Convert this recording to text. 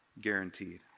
guaranteed